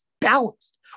balanced